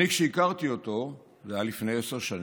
כשאני הכרתי אותו, זה היה לפני עשר שנים,